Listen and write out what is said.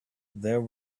there